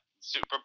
Super